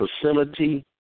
facility